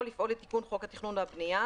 לפעול לתיקון חוק התכנון והבנייה,